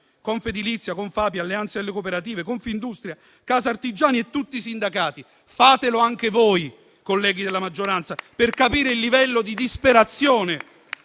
Confedilizia, Confapi, Alleanza delle Cooperative, Confindustria, Casartigiani e tutti i sindacati. Fatelo anche voi, colleghi della maggioranza, per capire il livello di disperazione